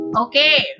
okay